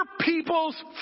people's